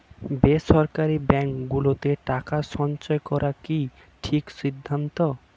বেসরকারী ব্যাঙ্ক গুলোতে টাকা সঞ্চয় করা কি সঠিক সিদ্ধান্ত?